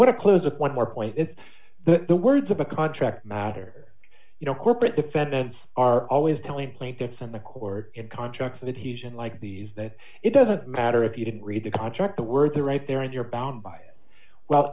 to close it one more point is that the words of a contract matter you know corporate defendants are always telling plaintiffs in the court in contracts that he's unlike these that it doesn't matter if you didn't read the contract the words are right there and you're bound by well